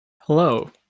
Hello